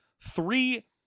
three